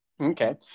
Okay